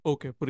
Okay